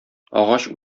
агач